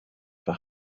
for